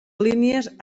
línies